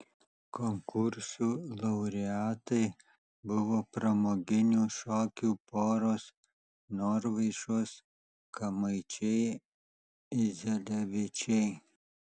konkursų laureatai buvo pramoginių šokių poros norvaišos kamaičiai idzelevičiai